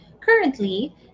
Currently